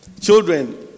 Children